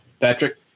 Patrick